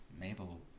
Mabel